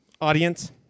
Audience